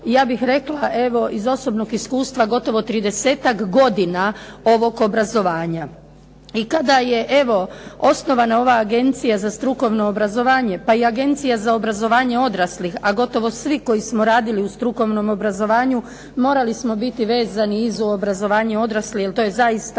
ja bih rekla evo iz osobnog iskustva gotovo tridesetak godina ovog obrazovanja. I kada je evo osnovana ova Agencija za strukovno obrazovanje pa i Agencija za obrazovanje odraslih a gotovo svi koji smo radili u strukovnom obrazovanju morali smo biti vezani i za obrazovanje odraslih jer to je zaista